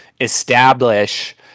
establish